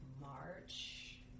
March